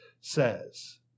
says